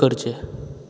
बंद करचें